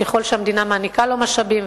ככל שהמדינה מעניקה לו משאבים.